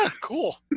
Cool